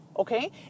Okay